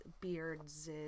Beards